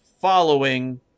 following